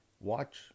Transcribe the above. watch